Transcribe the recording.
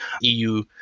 EU